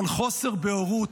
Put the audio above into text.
אבל חוסר בהורות,